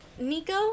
Nico